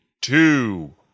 two